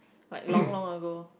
like long long ago